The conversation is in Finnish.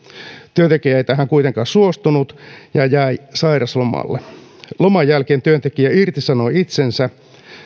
työntekijä ei tähän kuitenkaan suostunut ja jäi sairauslomalle loman jälkeen työntekijä irtisanoi itsensä